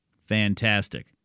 Fantastic